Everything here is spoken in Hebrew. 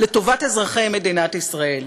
לטובת אזרחי מדינת ישראל.